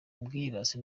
ubwirasi